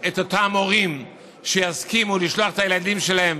את אותם הורים שיסכימו לשלוח את הילדים שלהם